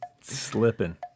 Slipping